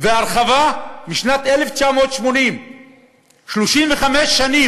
והרחבה משנת 1980. 35 שנה